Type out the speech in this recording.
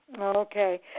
Okay